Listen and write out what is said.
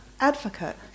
advocate